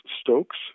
Stokes